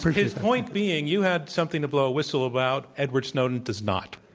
his point being, you had something to blow a whistle about. edward snowden does not.